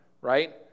right